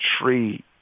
tree